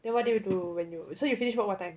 then what do you do when you so you finish work what time